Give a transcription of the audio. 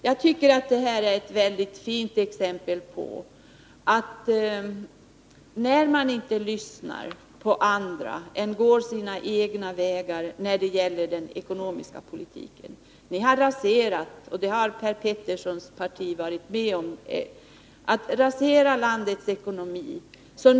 Jag tycker att detta är ett väldigt fint exempel på vad som händer när man inte lyssnar på andra utan går sina egna vägar när det gäller den ekonomiska politiken. Ni har raserat landets ekonomi — det har Per Peterssons parti varit med om.